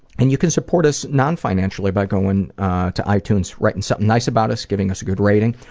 and you can support us non-financially by going to itunes, writing something nice about us, giving us a good rating.